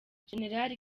jenerali